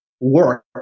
work